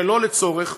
שלא לצורך,